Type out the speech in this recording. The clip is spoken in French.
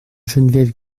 geneviève